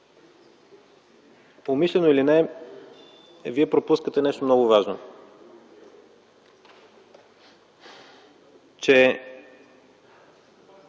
умишлено или не, Вие пропускате нещо много важно –